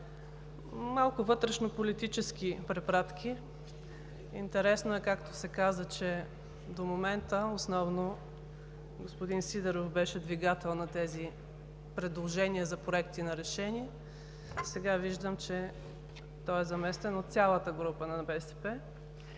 Малко вътрешнополитически препратки. Интересно е, както се каза, че до момента основно господин Сидеров беше двигател на тези предложения за проекти на решения, а сега виждам, че той е заместен от цялата група на БСП.